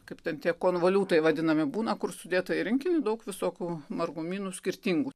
kaip ten tie konvoliutai vadinami būna kur sudėta į rinkinį daug visokių margumynų skirtingų